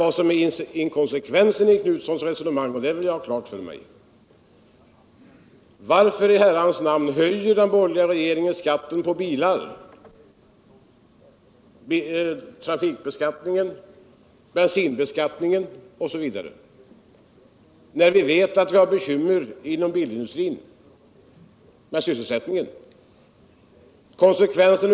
För att belysa inkonsekvensen i Göthe Knutsons resonemane vill jag fråga följande: Varför i Herrans namn har den borgerliga regeringen höjt skatten på bilar genom trafikbeskattning, bensinbeskattning osv., när vi vet alt man har bekymmer med sysselsättningen inom bilindustrin?